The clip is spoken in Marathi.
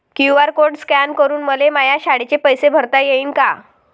क्यू.आर कोड स्कॅन करून मले माया शाळेचे पैसे भरता येईन का?